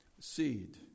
seed